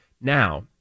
now